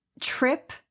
trip